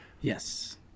Yes